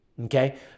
okay